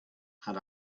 had